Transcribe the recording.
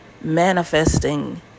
manifesting